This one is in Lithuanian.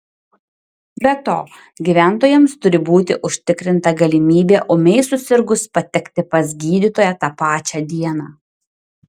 be to gyventojams turi būti užtikrinta galimybė ūmiai susirgus patekti pas gydytoją tą pačią dieną